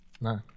no